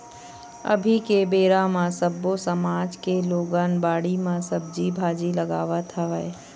अभी के बेरा म सब्बो समाज के लोगन बाड़ी म सब्जी भाजी लगावत हवय